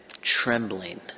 trembling